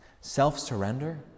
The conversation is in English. self-surrender